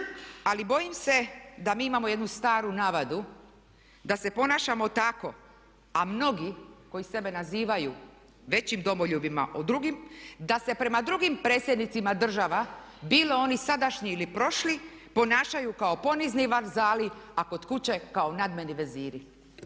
Ali bojim se da mi imamo jednu staru navadu da se ponašamo tako a mnogi koji sebe nazivaju većim domoljubima od drugih, da se prema drugim predsjednicima država bili oni sadašnji ili prošli, ponašaju kao ponizni vazali a kod kuće kao nadmeni veziri.